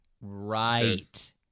Right